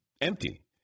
empty